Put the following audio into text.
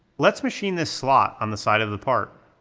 let's machine this slot on the side of the part.